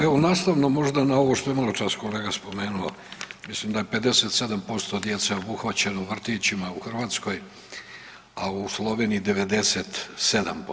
Evo nastavno možda na ovo što je maločas kolega spomenuo, mislim da je 57% djece obuhvaćeno vrtićima u Hrvatskoj, a u Sloveniji 97%